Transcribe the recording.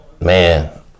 man